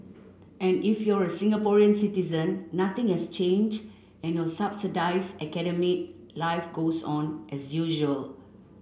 and if you're a Singaporean citizen nothing has changed and your subsidised academic life goes on as usual